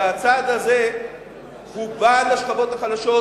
הצעד הזה הוא בעד השכבות החלשות,